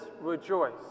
rejoice